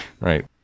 Right